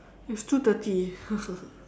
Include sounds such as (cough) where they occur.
it's two thirty (laughs)